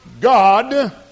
God